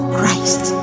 Christ